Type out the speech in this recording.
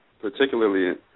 particularly